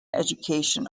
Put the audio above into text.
education